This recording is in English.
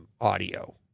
audio